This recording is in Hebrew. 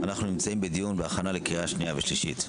אנחנו נמצאים בדיון בהכנה לקריאה שנייה ושלישית.